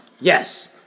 Yes